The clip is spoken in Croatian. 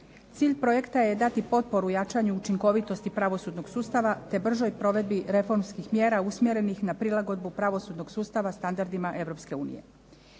Cilj projekta je dati potporu u jačanju učinkovitosti pravosudnog sustava, te bržoj provedbi reformskih mjera usmjerenih na prilagodbu pravosudnog sustava standardima